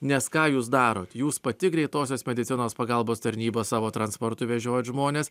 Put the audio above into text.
nes ką jūs darot jūs pati greitosios medicinos pagalbos tarnyba savo transportu vežiojat žmones